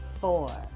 four